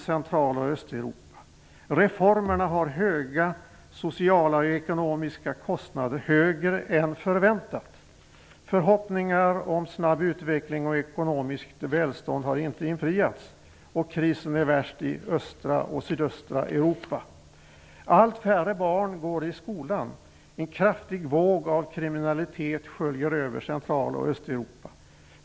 Reformerna drar med sig höga sociala och ekonomiska kostnader, högre än vad som var förväntat. Förhoppningar om snabb utveckling och ekonomiskt välstånd har inte infriats, och krisen är värst i östra och sydöstra Europa. Allt färre barn går i skola. En kraftig våg av kriminalitet sköljer över Central och Östeuropa.